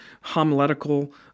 homiletical